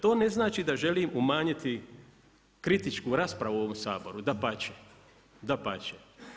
To ne znači da želim umanjiti kritičku raspravu u ovom Saboru, dapače.